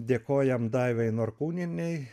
dėkojam daivai norkūnienei